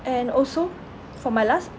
and also for my last